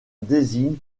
désigne